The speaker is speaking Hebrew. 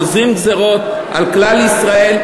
גוזרים גזירות על כלל ישראל,